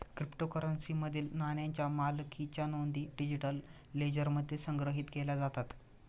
क्रिप्टोकरन्सीमधील नाण्यांच्या मालकीच्या नोंदी डिजिटल लेजरमध्ये संग्रहित केल्या जातात